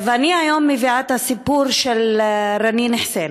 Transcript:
ואני היום מביאה את הסיפור של רנין אחסן.